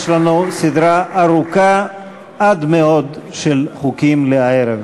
יש לנו סדרה ארוכה עד מאוד של חוקים לערב זה.